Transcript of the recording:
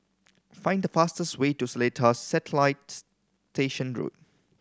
find the fastest way to Seletar Satellite Station Road